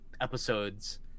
episodes